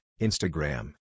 Instagram